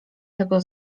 tego